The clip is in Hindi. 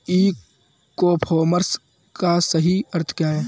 ई कॉमर्स का सही अर्थ क्या है?